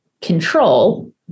control